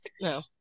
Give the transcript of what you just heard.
no